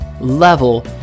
level